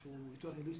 משהו יותר הוליסטי,